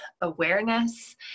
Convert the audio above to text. awareness